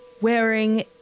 wearing